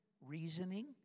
reasoning